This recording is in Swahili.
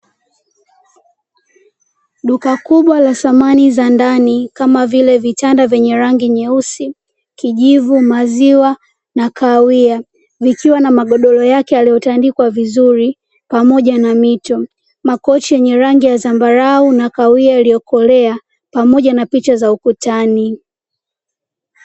Duka kubwa la samani za ndani kama: vile vitanda vyenye rangi nyeusi, kijivu, maziwa, na kahawia, vikiwa na magodoro yake yaliyotandikwa vizuri pamoja na mito. Makochi yenye rangi ya zambarau na kahawia iliyokolea, pamoja na picha za ukutani.